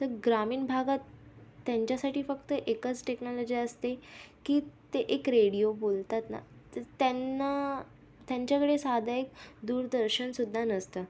तर ग्रामीण भागात त्यांच्यासाठी फक्त एकच टेक्नाॅलॉजी असते की ते एक रेडिओ बोलतात ना तर त्यांना त्यांच्याकडे साधं एक दूरदर्शन सुद्धा नसतं